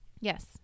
Yes